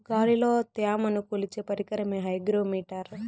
గాలిలో త్యమను కొలిచే పరికరమే హైగ్రో మిటర్